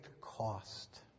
cost